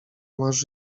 masz